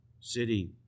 city